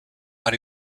body